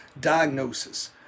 diagnosis